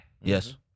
Yes